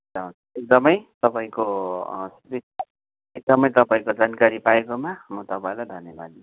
अन्त एकदमै तपाईँको अँ एकदमै तपाईँको जानकारी पाएकोमा म तपाईँलाई धन्यवाद दिन्छु